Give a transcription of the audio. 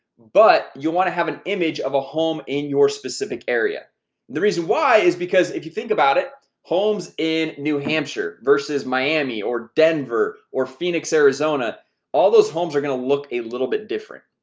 but you'll want to have an image of a home in your specific area the reason why is because if you think about it homes in new hampshire versus miami or denver or phoenix arizona all those homes are gonna look a little bit different,